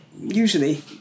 usually